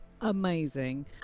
amazing